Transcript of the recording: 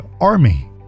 army